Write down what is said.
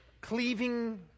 cleaving